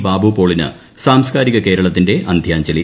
ബാബുപോളിന് സാംസ്കാരിക കേരളത്തിന്റെ അന്ത്യാഞ്ജലി